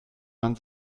man